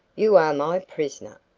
you are my prisoner!